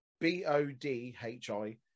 B-O-D-H-I